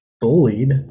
bullied